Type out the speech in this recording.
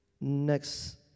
Next